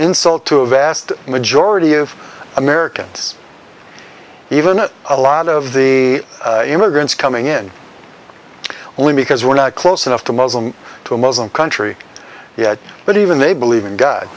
insult to a vast majority of americans even a lot of the immigrants coming in only because we're not close enough to muslim to a muslim country yet but even they believe in god